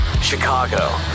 Chicago